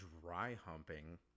dry-humping